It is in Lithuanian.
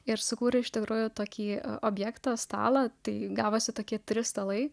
ir sukūrė iš tikrųjų tokį objektą stalą tai gavosi tokie trys stalai